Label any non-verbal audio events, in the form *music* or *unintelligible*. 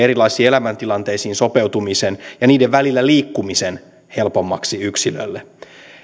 *unintelligible* erilaisiin elämäntilanteisiin sopeutumisen ja niiden välillä liikkumisen helpommaksi yksilölle